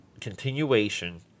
continuation